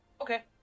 Okay